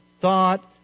thought